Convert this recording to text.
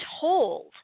told